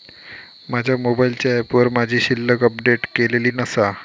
माझ्या मोबाईलच्या ऍपवर माझी शिल्लक अपडेट केलेली नसा